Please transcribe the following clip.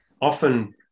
often